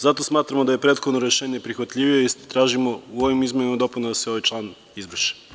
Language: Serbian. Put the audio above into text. Zato smatramo da je prethodno rešenje prihvatljivije i tražimo u ovim izmenama i dopunama da se ovaj član izbriše.